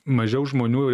mažiau žmonių